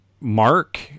Mark